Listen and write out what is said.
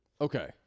Okay